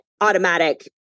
automatic